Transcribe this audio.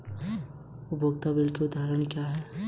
ऋण प्राप्त करते समय मुझे क्या प्रश्न पूछने चाहिए?